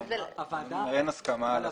אין הסכמה על הסכומים.